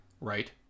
Right